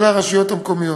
אלא הרשויות המקומיות.